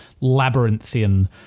labyrinthian